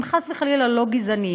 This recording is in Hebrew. הם חס וחלילה לא גזענים.